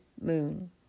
moon